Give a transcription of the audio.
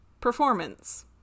performance